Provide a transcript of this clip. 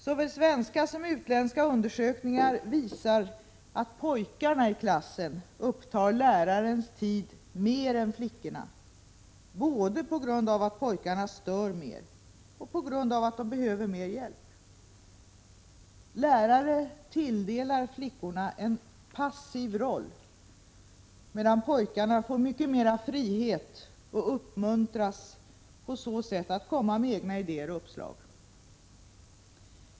Såväl svenska som utländska undersökningar visar att pojkarna i klassen upptar lärarens tid mer än flickorna både på grund av att pojkarna stör mer och på grund av att de behöver mer hjälp. Lärare tilldelar flickorna en passiv roll, medan pojkarna får mycket mer frihet och uppmuntras på så sätt att komma med egna idéer och uppslag.